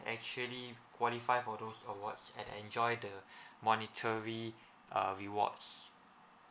actually qualify for those awards and enjoy the monetary uh rewards